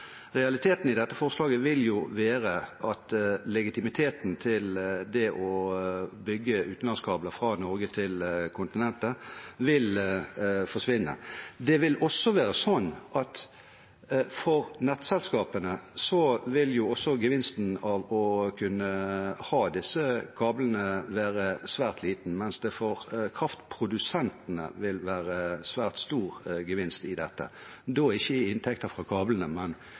Realiteten i dette forslaget vil jo være at legitimiteten til det å bygge utenlandskabler fra Norge til kontinentet vil forsvinne. Det vil også være slik at for nettselskapene vil gevinsten av å kunne ha disse kablene være svært liten, mens det for kraftprodusentene vil være svært stor gevinst i dette – da ikke i form av inntekter fra kablene, men